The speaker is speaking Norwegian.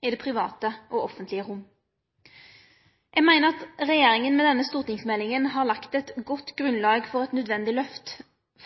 i det private og offentlege rom. Eg meiner at regjeringa med denne stortingsmeldinga har lagt eit godt grunnlag for eit nødvendig løft